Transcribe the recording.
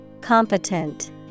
Competent